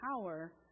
power